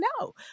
no